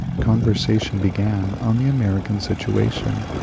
conversation began on the american situation,